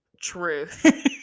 Truth